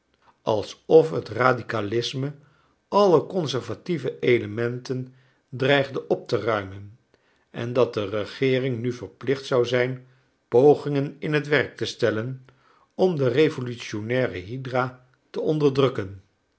alsof het radicalisme alle conservatieve elementen dreigde op te ruimen en dat de regeering nu verplicht zou zijn pogingen in het werk te stellen om de revolutionaire hydra te onderdrukken